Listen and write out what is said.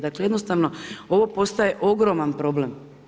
Dakle, jednostavno ovo postaje ogroman problem.